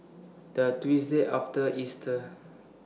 The Tuesday after Easter